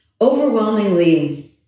overwhelmingly